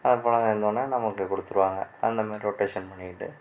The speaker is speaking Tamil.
பணம் சேந்தோன நமக்கு கொடுத்துருவாங்க அந்தமாதிரி ரொட்டேஷன் பண்ணிக்கிட்டு